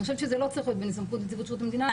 אני חושבת שזה לא צריך להיות בסמכות נציבות שירות המדינה.